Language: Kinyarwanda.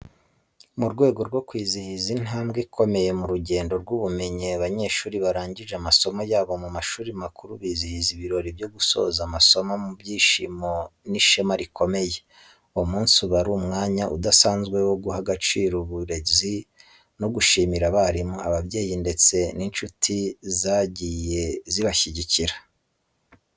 Mu rwego rwo kwizihiza intambwe ikomeye mu rugendo rw’ubumenyi, abanyeshuri barangije amasomo yabo mu mashuri makuru bizihiza ibirori byo gusoza amasomo mu byishimo n'ishema rikomeye. Uwo munsi uba ari umwanya udasanzwe wo guha agaciro uburezi no gushimira abarimu, ababyeyi ndetse n’inshuti zagiye zibashyigikira.